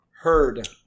Herd